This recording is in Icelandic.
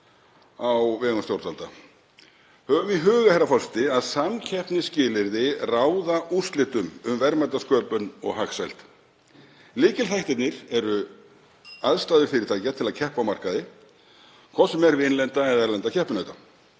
á vegum stjórnvalda. Höfum í huga að samkeppnisskilyrði ráða úrslitum um verðmætasköpun og hagsæld. Lykilþættirnir eru aðstæður fyrirtækja til að keppa á markaði, hvort sem er við innlenda eða erlenda keppinauta,